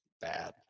bad